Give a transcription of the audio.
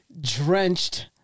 Drenched